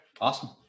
awesome